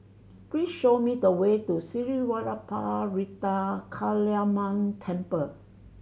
please show me the way to Sri Vadapathira Kaliamman Temple